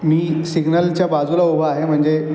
मी सिग्नलच्या बाजूला उभा आहे म्हणजे